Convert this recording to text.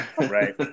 Right